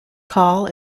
call